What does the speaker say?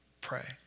pray